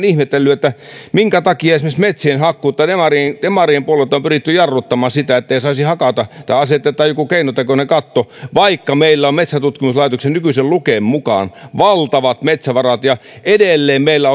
ihmetellyt minkä takia esimerkiksi metsien hakkuuta demarien demarien puolelta on pyritty jarruttamaan että ei saisi hakata tai asetetaan joku keinotekoinen katto vaikka meillä on metsäntutkimuslaitoksen nykyisen luken mukaan valtavat metsävarat edelleen meillä